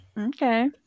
Okay